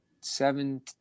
seven